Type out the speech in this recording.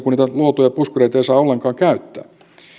kun niitä luotuja puskureita ei saa ollenkaan käyttää